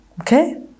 okay